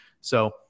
So-